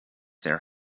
their